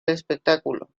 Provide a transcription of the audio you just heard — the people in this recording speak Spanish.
espectáculo